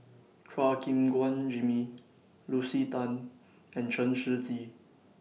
Chua Gim Guan Jimmy Lucy Tan and Chen Shiji